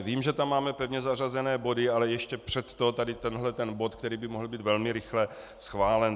Vím, že tam máme pevně zařazené body, ale ještě před to tady tenhle ten bod, který by mohl být velmi rychle schválen.